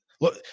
look